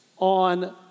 on